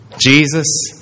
Jesus